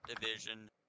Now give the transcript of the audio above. division